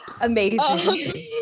amazing